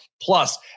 plus